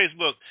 Facebook